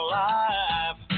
life